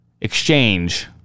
exchange